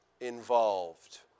involved